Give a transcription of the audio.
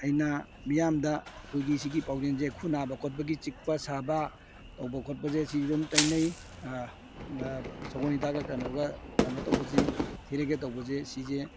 ꯑꯩꯅ ꯃꯤꯌꯥꯝꯗ ꯑꯩꯈꯣꯏꯒꯤ ꯁꯤꯒꯤ ꯄꯥꯎꯖꯦꯟꯁꯦ ꯈꯨꯎ ꯅꯥꯕ ꯈꯣꯠꯄꯒꯤ ꯆꯤꯛꯄ ꯁꯥꯕ ꯇꯧꯕ ꯈꯣꯠꯄꯁꯦ ꯁꯤ ꯑꯗꯨꯝ ꯇꯩꯅꯩ ꯁꯒꯣꯜ ꯍꯤꯗꯥꯛꯀ ꯀꯩꯅꯣꯒ ꯀꯩꯅꯣ ꯇꯧꯕꯁꯤ ꯊꯤꯔꯩꯒ ꯇꯧꯕꯁꯦ ꯁꯤꯁꯦ